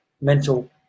mental